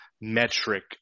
metric